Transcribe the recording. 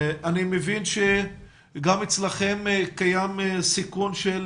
אני מבין שגם אצלכם קיים סיכון של